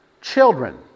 Children